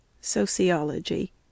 Sociology